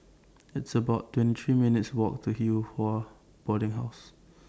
It's about twenty three minutes' Walk to Yew Hua Boarding House